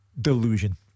delusion